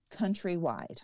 countrywide